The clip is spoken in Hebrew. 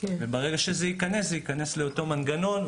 ברגע שזה ייכנס, זה ייכנס לאותו מנגנון.